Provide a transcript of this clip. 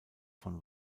von